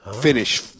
finish